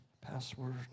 password